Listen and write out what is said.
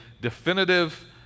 definitive